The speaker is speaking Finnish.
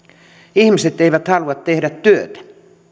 ihmiset eivät halua tehdä työtä